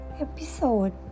episode